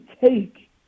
take